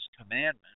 Commandment